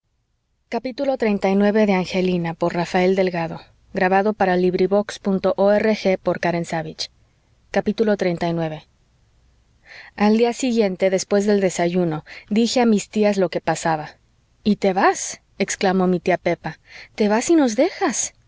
ojos y nos invita a reposar porque sabe que padecemos y necesitamos descanso xxxix al día siguiente después del desayuno dije a mis tías lo que pasaba y te vas exclamó mi tía pepa te vas y nos dejas